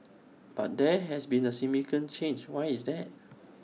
but there has been A significant change why is that